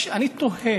אני תוהה: